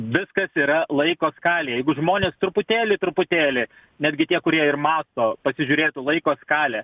viskas yra laiko skalėj jeigu žmonės truputėlį truputėlį netgi tie kurie ir mato pasižiūrėtų laiko skalę